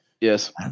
Yes